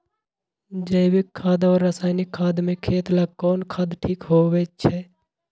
जैविक खाद और रासायनिक खाद में खेत ला कौन खाद ठीक होवैछे?